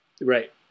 right